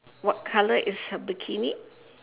what colour is her bikini